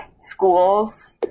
schools